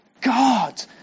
God